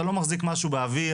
אתה לא מחזיק משהו באוויר.